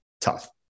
tough